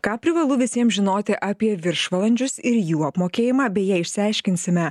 ką privalu visiems žinoti apie viršvalandžius ir jų apmokėjimą beje išsiaiškinsime